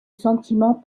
sentiments